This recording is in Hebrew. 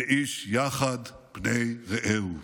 ואיש יחד פני רעהו".